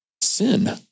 Sin